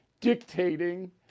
dictating